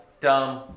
dumb